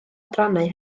adrannau